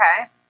Okay